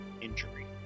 Injury